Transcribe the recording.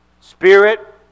Spirit